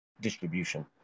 distribution